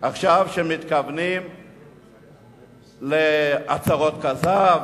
עכשיו כשמתכוונים להצהרות כזב,